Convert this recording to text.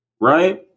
Right